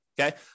Okay